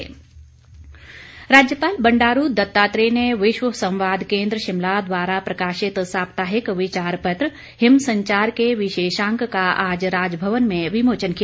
विमोचन राज्यपाल बंडारू दत्तात्रेय ने विश्व संवाद केन्द्र शिमला द्वारा प्रकाशित साप्ताहिक विचार पत्र हिम संचार के विशेषांक का आज राजभवन में विमोचन किया